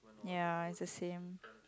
ya it's the same